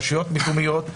רשויות מקומיות.